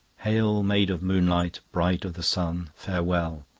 hail, maid of moonlight! bride of the sun, farewell!